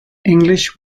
english